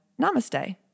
namaste